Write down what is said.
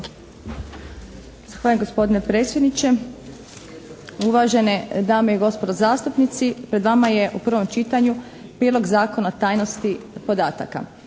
Hvala.